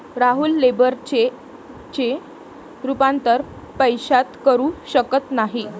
Rahul labour चेकचे रूपांतर पैशात करू शकत नाही